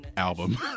Album